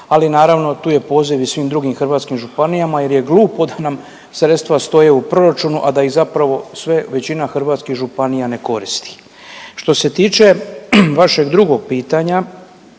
ali naravno tu je poziv i svim drugim hrvatskim županijama jer je glupo da nam sredstva stoje u proračunu, a da ih zapravo sve, većina hrvatskih županija ne koristi. Što se tiče vašeg drugog pitanja